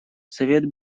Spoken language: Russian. совет